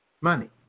money